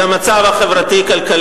דיברתם על המצב החברתי-הכלכלי,